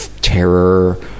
terror